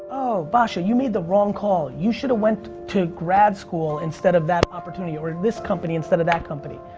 oh, basha you made the wrong call. you should have went to grad school instead of that opportunity or and this company instead of that company.